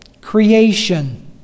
creation